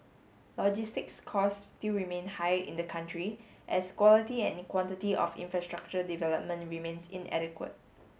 logistics costs still remain high in the country as quality and quantity of infrastructure development remains inadequate